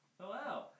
Hello